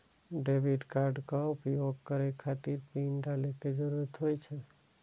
debit कार्डक उपयोग करै खातिर पिन डालै के जरूरत होइ छै